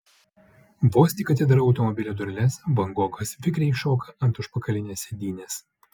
vos tik atidarau automobilio dureles van gogas vikriai šoka ant užpakalinės sėdynės